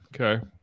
Okay